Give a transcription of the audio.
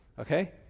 okay